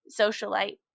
socialite